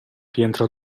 rientra